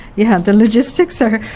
yeah the logistics are